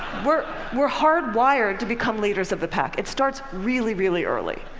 we're we're hardwired to become leaders of the pack. it's starts really, really early.